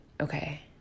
okay